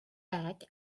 back